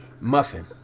Muffin